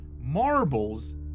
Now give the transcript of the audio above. marbles